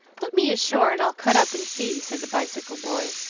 put me ashore, and i'll cut up and see, said the bicycle boy,